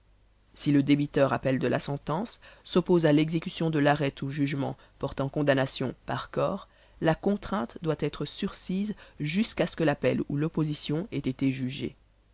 si le débiteur appelle de la sentence s'oppose à l'exécution de l'arrêt ou jugement portant condamnation par corps la contrainte doit être sursise jusqu'à ce que l'appel ou l'opposition ait été jugé